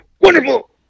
wonderful